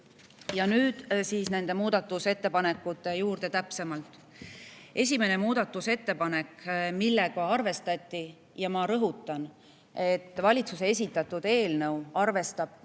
Nüüd nendest muudatusettepanekutest täpsemalt. Esimene muudatusettepanek, millega arvestati – ja ma rõhutan, et valitsuse esitatud eelnõus on arvestatud